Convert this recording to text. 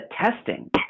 testing